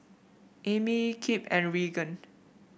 Amey Kip and Reagan